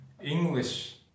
English